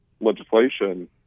legislation